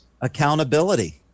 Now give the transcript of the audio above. Accountability